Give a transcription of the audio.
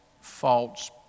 false